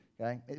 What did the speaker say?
okay